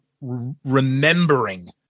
remembering